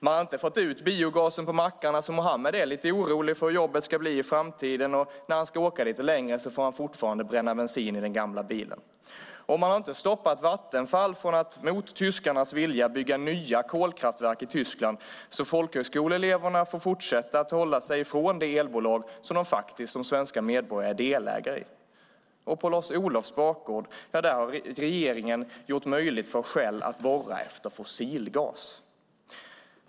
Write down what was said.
Man har inte fått ut biogasen på marknaden, så Mohammed är lite orolig för hur jobbet ska bli i framtiden. Och när han ska åka lite längre får han fortfarande bränna bensin i den gamla bilen. Man har inte stoppat Vattenfall från att, mot tyskarnas vilja, bygga nya kolkraftverk i Tyskland, så folkhögskoleeleverna får fortsätta att hålla sig ifrån det elbolag som de faktiskt som svenska medborgare är delägare i. Och på Lars-Olofs bakgård har regeringen gjort det möjligt för Shell att borra efter fossilgas.